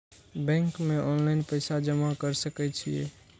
Bank में online पैसा जमा कर सके छीये?